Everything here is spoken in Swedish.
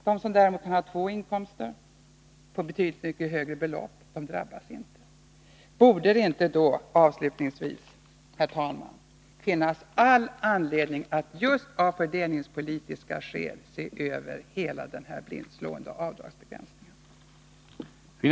Däremot drabbas inte de som har två inkomster uppgående till betydligt högre belopp. Herr talman! Avslutningsvis vill jag fråga: Borde det inte finnas ännu större anledning att just av fördelningspolitiska skäl se över hela frågan om den här blint slående avdragsbegränsningen?